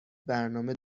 برنامه